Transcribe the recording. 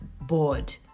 bored